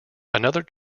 another